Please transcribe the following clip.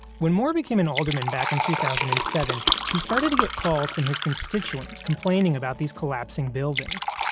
when moore became an alderman back in two thousand and seven, he started to get calls from his constituents complaining about these collapsing buildings.